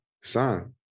son